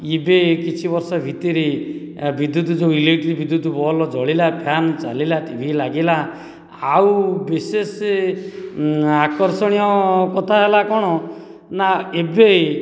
ଏବେ କିଛି ବର୍ଷ ଭିତରେ ବିଦ୍ୟୁତ୍ ଯେଉଁ ଇଲେକ୍ଟ୍ରିକ ବିଦ୍ୟୁତ୍ ବଲବ୍ ଜଳିଲା ଫ୍ୟାନ ଚାଲିଲା ଟି ଭି ଲାଗିଲା ଆଉ ବିଶେଷ ଆକର୍ଷଣୀୟ କଥା ହେଲା କ'ଣ ନା ଏବେ